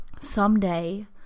someday